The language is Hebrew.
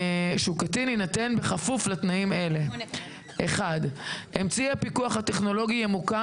יינתן בכפוף לתנאים אלה: (1)אמצעי הפיקוח הטכנולוגי ימוקם